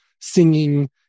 singing